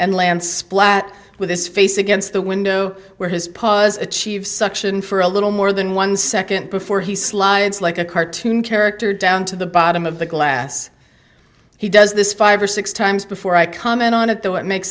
and lands splat with his face against the window where his paws achieve suction for a little more than one second before he slides like a cartoon character down to the bottom of the glass he does this five or six times before i comment on it though it makes